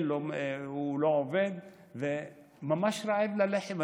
הוא לא עובד וממש רעב ללחם.